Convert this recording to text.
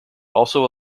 also